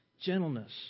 gentleness